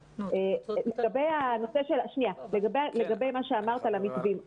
לגבי מה שאמרת על המתווים.